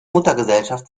muttergesellschaft